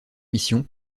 mission